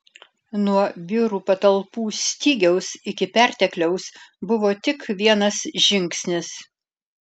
nuo biurų patalpų stygiaus iki pertekliaus buvo tik vienas žingsnis